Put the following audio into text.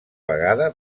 vegada